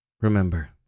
Remember